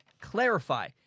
clarify